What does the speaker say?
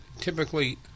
typically